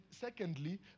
secondly